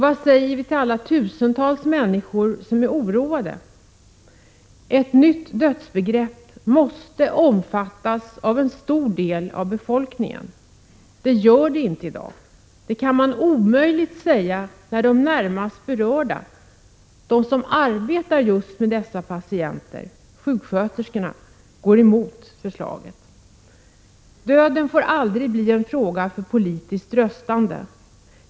Vad säger vi till alla de tusentals människor som är oroade? Ett nytt dödsbegrepp måste omfattas av en stor del av befolkningen. Så är inte fallet i dag. Det kan man omöjligen säga, när de närmast berörda — de som arbetar med just dessa patienter, alltså sjuksköterskorna — går emot förslaget. Döden får aldrig bli en fråga för politiskt röstande.